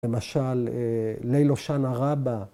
‫למשל, לילו שנה רבה.